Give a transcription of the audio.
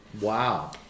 Wow